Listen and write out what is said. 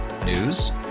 News